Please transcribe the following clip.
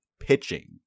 pitching